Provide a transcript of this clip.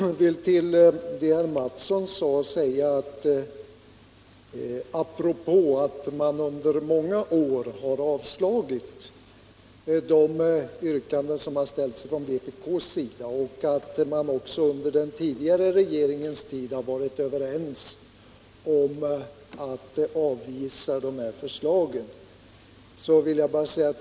Herr talman! Jag vill kommentera det herr Mattsson sade apropå att man under många år avslagit de yrkanden som har ställts från vpk:s sida och att man också under den föregående regeringens tid har varit överens om att avvisa dessa förslag.